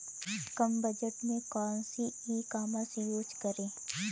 कम budget में कौन सी ई कॉमर्स यूज़ करें?